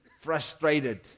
frustrated